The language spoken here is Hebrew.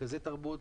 מרכזי תרבות,